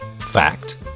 Fact